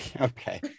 Okay